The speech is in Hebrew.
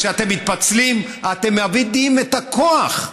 כשאתם מתפצלים אתם מאבדים את הכוח,